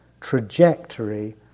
trajectory